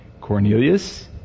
Cornelius